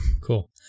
Cool